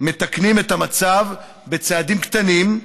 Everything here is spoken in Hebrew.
מתקנים את המצב בצעדים קטנים,